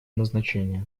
назначения